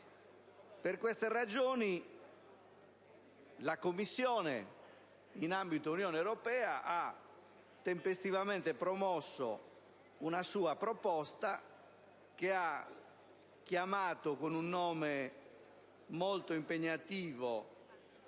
Per tali ragioni, la Commissione, nell'ambito dell'Unione europea ha tempestivamente promosso una sua proposta, che ha chiamato con un nome molto impegnativo: